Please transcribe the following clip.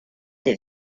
des